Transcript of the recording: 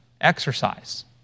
exercise